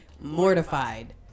mortified